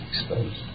exposed